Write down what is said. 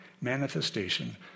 manifestation